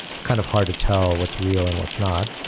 it's kind of hard to tell what's real and what's not.